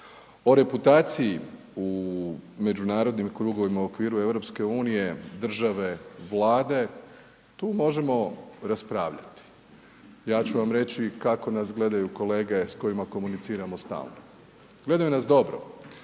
O reputaciji u međunarodnim krugovima u okviru EU, države, Vlade tu možemo raspravljati. Ja ću vam reći kako nas gledaju kolege s kojima komuniciramo stalno, gledaju nas dobro,